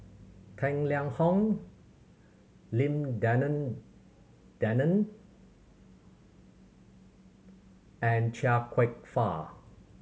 Tang Liang Hong Lim Denan Denon and Chia Kwek Fah